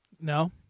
No